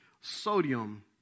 Sodium